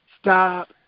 stop